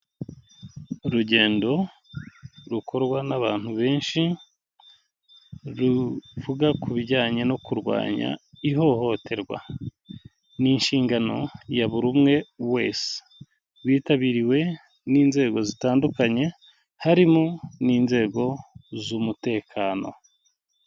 Urugendo rukorwa n'abantu benshi ruvuga ku bijyanye no kurwanya ihohoterwa, n'inshingano ya buri umwe wese, witabiriwe n'inzego zitandukanye, harimo n'inzego zumutekano.